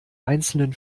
einzelnen